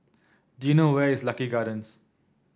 do you know where is Lucky Gardens